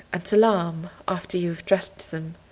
and salaam after you've dressed them.